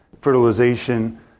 fertilization